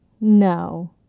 No